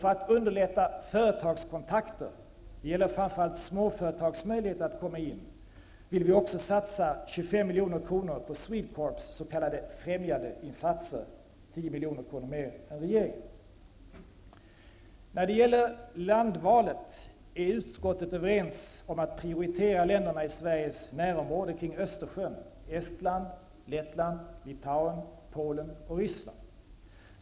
För att underlätta företagskontakter, det gäller framför allt småföretags möjligheter att komma in, vill vi också satsa 25 milj.kr. på När det gäller landvalet är utskottet överens om att prioritera länderna i Sveriges närområde kring Ryssland.